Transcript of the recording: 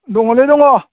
दङलै दङ